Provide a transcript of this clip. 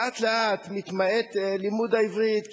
לאט-לאט מתמעט לימוד העברית,